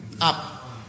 Up